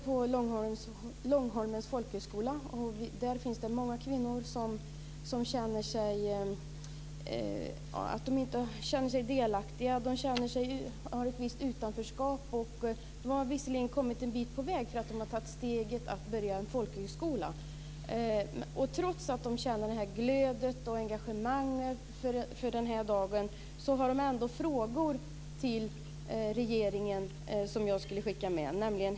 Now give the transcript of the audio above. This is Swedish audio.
På Långholmens folkhögskola finns det många kvinnor som inte känner sig delaktiga. De tycker sig känna ett visst utanförskap. De har visserligen kommit en bit på väg när de har tagit steget och börjat en folkhögskoleutbildning. Trots att de känner glöd och engagemang för denna dag har de ändå frågor till regeringen som de har skickat med mig.